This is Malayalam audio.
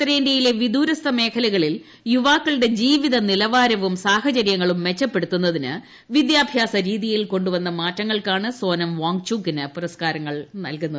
ഉത്തരേന്തൃയിലെ വിദുരസ്ഥ മേഖലകളിൽ യുവാക്കളുടെ ജീവത നിലവാരവും സാഹചര്യങ്ങളും മെച്ചപ്പെടുത്തുന്നതിന് വിദ്യാഭ്യാസ രീതിയിൽ കൊ ുവന്ന മാറ്റങ്ങൾക്കാണ് സോനം വാങ്ചുക്കിന് പുരസ്കാരം നൽകുന്നത്